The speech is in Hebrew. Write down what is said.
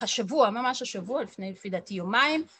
השבוע, ממש השבוע לפי דעתי יומיים.